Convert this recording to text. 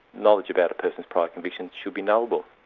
knowledge about a person's prior convictions should be knowable.